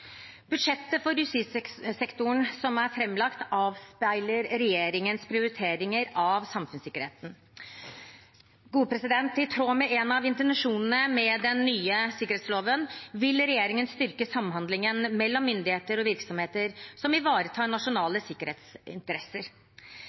Budsjettet for justissektoren som er fremlagt, avspeiler regjeringens prioriteringer av samfunnssikkerheten. I tråd med en av intensjonene med den nye sikkerhetsloven vil regjeringen styrke samhandlingen mellom myndigheter og virksomheter som ivaretar